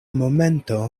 momento